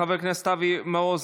חבר הכנסת אבי מעוז,